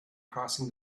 crossing